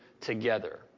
together